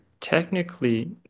technically